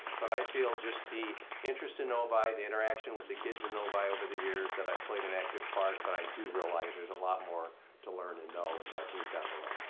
but i feel just the interest in novi, the interaction with the kids in novi over the years. that i've played an active part, but i do realize there's a lot more to learn and know as i move down the road.